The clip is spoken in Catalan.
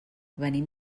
venim